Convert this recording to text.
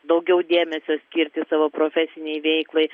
daugiau dėmesio skirti savo profesinei veiklai